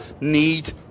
need